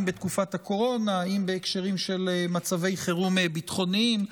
אם בתקופת הקורונה ואם בהקשרים של מצבי חירום ביטחוניים.